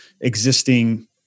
existing